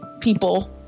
people